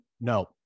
No